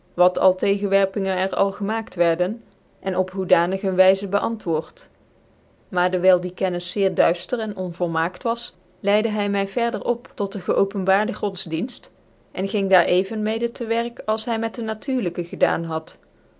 wat al tegenwerpinge er al gemaakt wierden en op hoedanig een wyzc beantwoord maar dewyl die kennis zeer duifter en onvolmaakt was leide hy my verder op tot dc geopenbaarde godsdienft en ging daar even mede tewerk als hy met de natuurlyke gedaan had